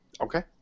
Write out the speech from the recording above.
Okay